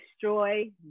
destroy